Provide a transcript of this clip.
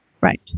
Right